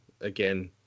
again